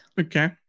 Okay